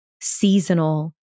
seasonal